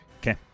Okay